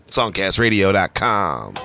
Songcastradio.com